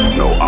no